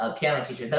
ah piano teacher.